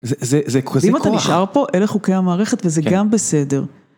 אם אתה נשאר פה אלה חוקי המערכת וזה גם בסדר.